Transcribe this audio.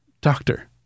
doctor